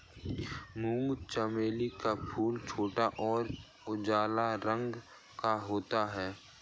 मूंगा चमेली का फूल छोटा और उजला रंग का होता है